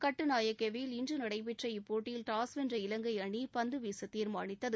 கட்டுநாயகேவில் இன்று நடைபெற்ற இப்போட்டியில் டாஸ் வென்ற இலங்கை அணி பந்துவீச தீர்மானித்தது